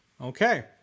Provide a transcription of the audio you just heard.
Okay